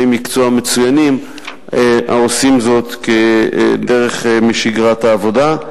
מקצוע מצוינים העושים זאת דרך שגרת העבודה.